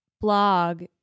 blog